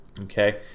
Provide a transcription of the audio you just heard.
okay